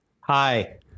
Hi